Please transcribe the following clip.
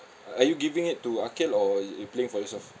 are you giving it to ah kiat or you playing for yourself